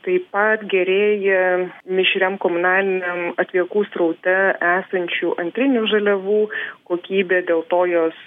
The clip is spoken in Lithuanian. taip pat gerėja mišriam komunaliniam atliekų sraute esančių antrinių žaliavų kokybė dėl to jos